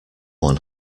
one